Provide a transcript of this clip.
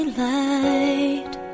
light